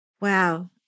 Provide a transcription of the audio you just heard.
Wow